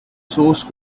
source